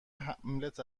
هملت